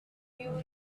you